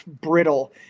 brittle